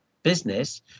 business